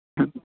हं